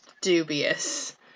Dubious